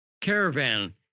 caravan